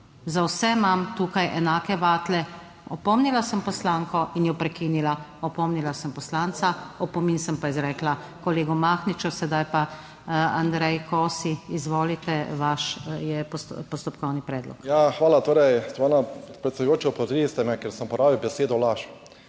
Za vse imam tukaj enake vatle. Opomnila sem poslanko in jo prekinila, opomnila sem poslanca, opomin sem pa izrekla kolegu Mahniču. Sedaj pa Andrej Kosi, izvolite, vaš je postopkovni predlog. **ANDREJ KOSI (PS SDS):** Hvala. Spoštovana predsedujoča, opozorili ste me, ker sem uporabil besedo laž.